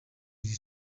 iri